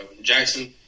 Jackson